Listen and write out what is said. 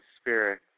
spirit